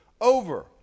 over